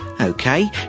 Okay